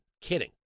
kidding